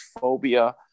phobia